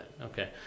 okay